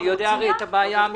אני יודע את הבעיה המשפטית.